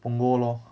punggol lor